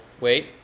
Wait